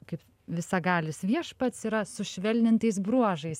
kaip visagalis viešpats yra sušvelnintais bruožais